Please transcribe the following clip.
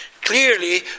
Clearly